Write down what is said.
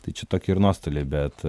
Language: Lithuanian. tai čia tokie ir nuostoliai bet